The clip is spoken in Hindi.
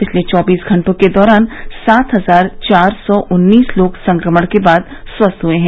पिछले चौबीस घंटों के दौरान सात हजार चार सौ उन्नीस लोग संक्रमण के बाद स्वस्थ हुए हैं